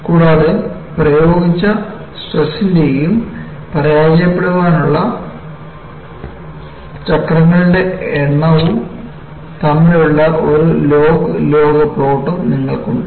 കൂടാതെ പ്രയോഗിച്ച സ്ട്രെസ്ന്റെയും പരാജയപ്പെടാനുള്ള ചക്രങ്ങളുടെ എണ്ണവും തമ്മിലുള്ള ഒരു ലോഗ് ലോഗ് പ്ലോട്ടും നിങ്ങൾക്കുണ്ട്